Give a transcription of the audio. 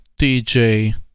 DJ